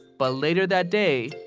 but later that day,